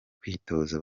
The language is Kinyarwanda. kwitoza